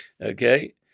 Okay